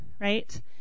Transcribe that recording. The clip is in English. right